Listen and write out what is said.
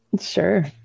Sure